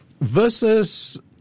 versus